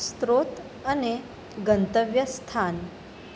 સ્રોત અને ગંતવ્ય સ્થાન